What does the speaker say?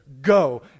go